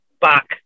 back